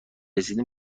رسیدین